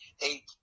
eight